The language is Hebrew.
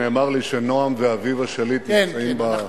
נאמר לי שנועם ואביבה שליט נמצאים בקהל.